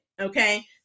okay